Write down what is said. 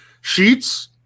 sheets